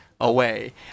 Away